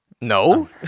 No